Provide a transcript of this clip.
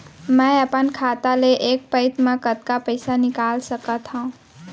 मैं अपन खाता ले एक पइत मा कतका पइसा निकाल सकत हव?